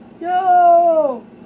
Yo